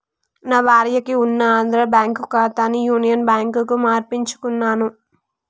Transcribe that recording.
నా భార్యకి ఉన్న ఆంధ్రా బ్యేంకు ఖాతాని యునియన్ బ్యాంకుకు మార్పించుకున్నాను